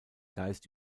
geist